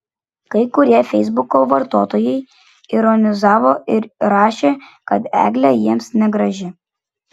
kai kurie feisbuko vartotojai ironizavo ir rašė kad eglė jiems negraži